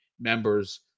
members